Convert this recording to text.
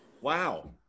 Wow